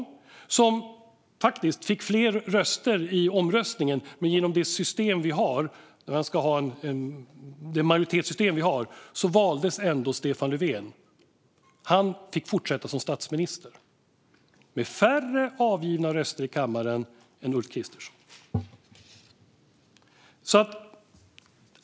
Han fick faktiskt fler röster i omröstningen, men genom det majoritetssystem vi har valdes ändå Stefan Löfven. Han fick fortsätta som statsminister med färre avgivna röster i kammaren än Ulf Kristersson.